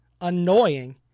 annoying